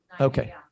Okay